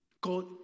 God